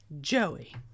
Joey